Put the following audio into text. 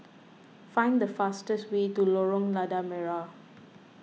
find the fastest way to Lorong Lada Merah